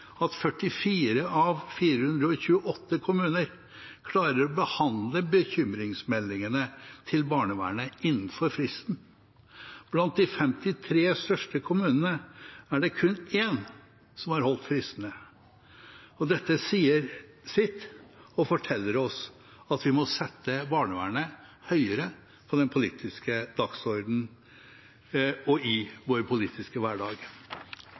at 44 av 428 kommuner klarer å behandle bekymringsmeldingene til barnevernet innenfor fristen. Blant de 53 største kommunene er det kun én som har holdt fristene. Dette sier sitt og forteller oss at vi må sette barnevernet høyere på den politiske dagsordenen og i vår politiske hverdag.